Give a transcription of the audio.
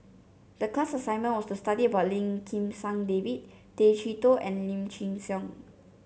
the class assignment was to study about Lim Kim San David Tay Chee Toh and Lim Chin Siong